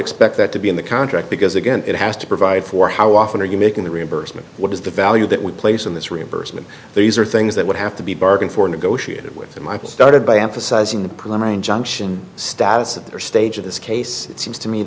expect that to be in the contract because again it has to provide for how often are you making the reimbursement what is the value that we place in this reimbursement these are things that would have to be bargained for negotiated with michael started by emphasizing the predominant junction status at their stage in this case it seems to me